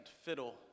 fiddle